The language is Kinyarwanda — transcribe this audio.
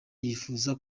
yifuza